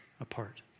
apart